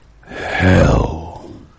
hell